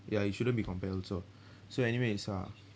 ya it shouldn't be compare also so anyway it's uh